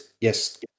Yes